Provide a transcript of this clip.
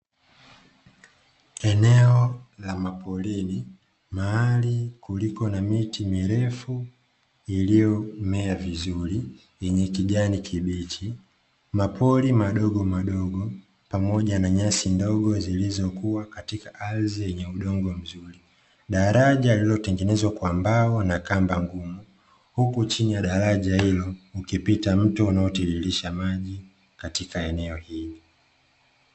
Eneo la maporini mahali kuliko na miti mirefu iliyomea vizuri yenye kijani kibichi mapori madogomadogo pamoja na nyasi ndogo zilizokuwa katika ardhi yenye udongo mzuri, daraja lililotengenezwa kwa mbao na kamba ngumu huku chini ya daraja hilo ukipita mto unaotiririsha maji katika eneo hili.